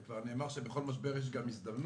וכבר נאמר שבכל משבר יש גם הזדמנות.